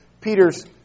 Peter's